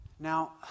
Now